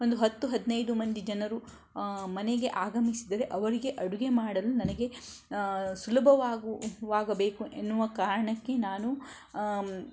ಒಂದು ಹತ್ತು ಹದಿನೈದು ಮಂದಿ ಜನರು ಮನೆಗೆ ಆಗಮಿಸಿದರೆ ಅವರಿಗೆ ಅಡುಗೆ ಮಾಡಲು ನನಗೆ ಸುಲಭವಾಗಬೇಕು ಎನ್ನುವ ಕಾರಣಕ್ಕೆ ನಾನು